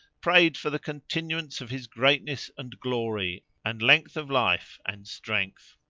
prayed for the continuance of his greatness and glory and length of life and strength.